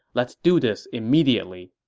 let's do this immediately.